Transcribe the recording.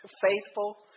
faithful